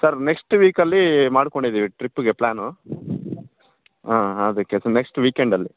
sir next ವೀಕಲ್ಲೀ ಮಾಡ್ಕೊಂಡು ಇದ್ದೀವಿ ಟ್ರಿಪ್ಗೆ ಪ್ಲ್ಯಾನು ಹಾಂ ಅದಕ್ಕೆ ಸೊ ನೆಕ್ಸ್ಟ್ ವೀಕೆಂಡಲ್ಲಿ